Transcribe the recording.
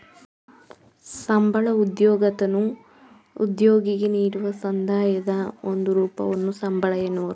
ಸಂಬಳ ಉದ್ಯೋಗದತನು ಉದ್ಯೋಗಿಗೆ ನೀಡುವ ಸಂದಾಯದ ಒಂದು ರೂಪವನ್ನು ಸಂಬಳ ಎನ್ನುವರು